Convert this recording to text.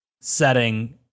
setting